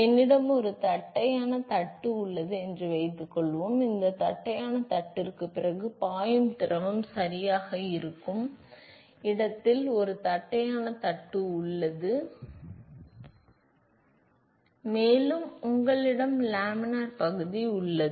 என்னிடம் ஒரு தட்டையான தட்டு உள்ளது என்று வைத்துக்கொள்வோம் இந்த தட்டையான தட்டுக்குப் பிறகு பாயும் திரவம் சரியாக இருக்கும் இடத்தில் ஒரு தட்டையான தட்டு உள்ளது என்று வைத்துக்கொள்வோம் மேலும் உங்களிடம் லேமினார் பகுதி உள்ளது